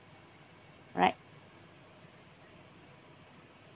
right